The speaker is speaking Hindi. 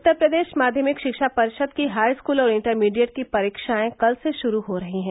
उत्तर प्रदेश माध्यमिक शिक्षा परिषद की हाईस्कूल और इण्टरमीडिएट की परीक्षायें कल से शुरू हो रही है